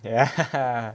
ya